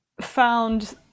found